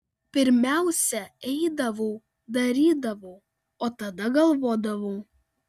pirmiausia eidavau darydavau o tada galvodavau